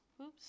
Oops